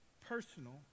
personal